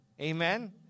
Amen